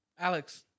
Alex